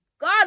God